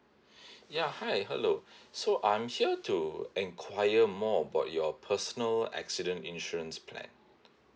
ya hi hello so I'm here to enquire more about your personal accident insurance plan